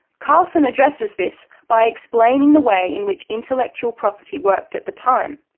carlson addresses this by explaining the way in which intellectual property worked at the time.